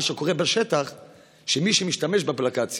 מה שקורה בשטח הוא שמי שמשתמש באפליקציה,